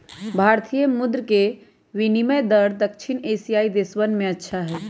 भारतीय मुद्र के विनियम दर दक्षिण एशियाई देशवन में अच्छा हई